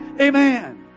amen